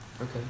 Okay